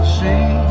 see